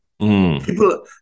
People